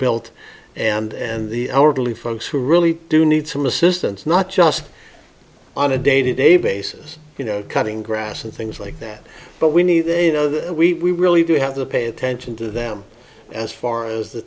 built and the hourly folks who really do need some assistance not just on a day to day basis you know cutting grass and things like that but we need we really do have to pay attention to them as far as the